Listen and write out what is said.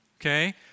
okay